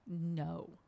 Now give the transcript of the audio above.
No